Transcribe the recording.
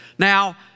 Now